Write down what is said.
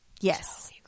Yes